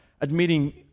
Admitting